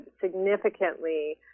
significantly